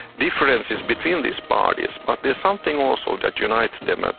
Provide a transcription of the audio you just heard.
differences between these parties. but there's something also that unites them, ah